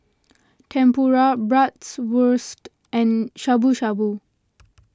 Tempura Bratwurst and Shabu Shabu